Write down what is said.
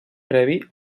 previ